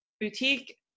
boutique